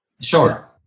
sure